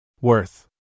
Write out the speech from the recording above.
worth